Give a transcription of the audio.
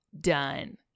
done